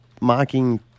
mocking